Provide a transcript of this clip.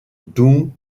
doom